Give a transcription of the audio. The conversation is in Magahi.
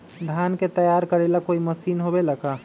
धान के तैयार करेला कोई मशीन होबेला का?